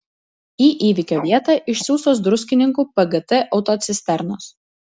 į įvykio vietą išsiųstos druskininkų pgt autocisternos